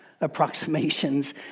approximations